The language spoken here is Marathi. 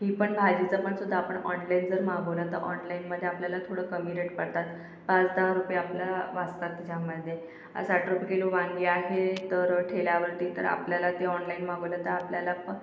ही पण भाजीचंपणसुद्धा आपण ऑनलाईन जर मागवलं त ऑनलाईनमध्ये आपल्याला थोडं कमी रेट पडतात पाच दहा रुपये आपल्या वाचतात ह्यामध्ये साठ रुप किलो वांगी आहेत हे तर ठेल्यावरती त्याला आपल्याला ते ऑनलाईन मागवलं तर आपल्याला प